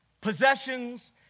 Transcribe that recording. possessions